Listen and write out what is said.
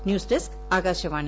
news desk Akashvani